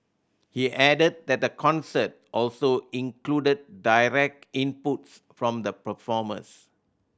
he added that the concert also included direct inputs from the performers